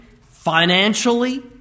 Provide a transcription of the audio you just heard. financially